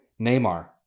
Neymar